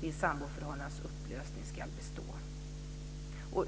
vid samboförhållandes upplösning ska bestå.